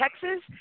Texas